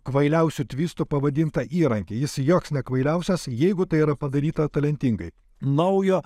kvailiausiu tvistu pavadintą įrankį jis joks ne kvailiausias jeigu tai yra padaryta talentingai naujo